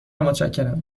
متشکرم